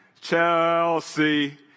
Chelsea